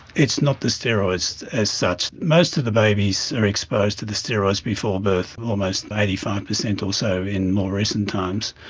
it's not the steroids as such. most of the babies are exposed to the steroids before birth, almost eighty five percent or so in more recent times,